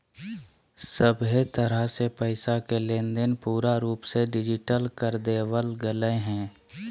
सभहे तरह से पैसा के लेनदेन पूरा रूप से डिजिटल कर देवल गेलय हें